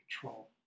control